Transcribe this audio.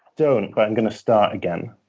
don't, but i'm going to start again.